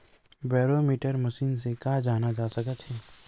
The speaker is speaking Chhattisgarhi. बैरोमीटर मशीन से का जाना जा सकत हे?